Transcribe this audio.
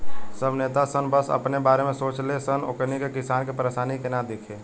सब नेता सन बस अपने बारे में सोचे ले सन ओकनी के किसान के परेशानी के ना दिखे